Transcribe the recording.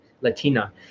Latina